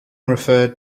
referred